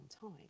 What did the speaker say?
time